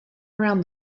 around